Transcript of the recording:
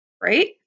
Right